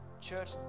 church